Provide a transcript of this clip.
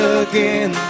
again